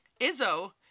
Izzo